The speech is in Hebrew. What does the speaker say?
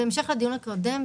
בהמשך לדיון הקודם,